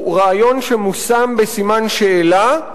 הוא רעיון שמושם בסימן שאלה,